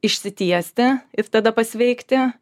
išsitiesti ir tada pasveikti